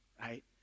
right